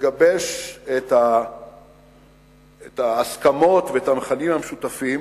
לגבש את ההסכמות ואת המכנים המשותפים.